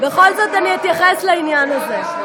בכל זאת, אני אתייחס לעניין הזה.